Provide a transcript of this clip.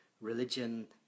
religion